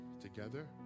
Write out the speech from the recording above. together